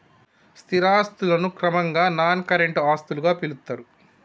స్థిర ఆస్తులను క్రమంగా నాన్ కరెంట్ ఆస్తులుగా పిలుత్తరు